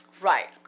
Right